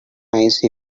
nice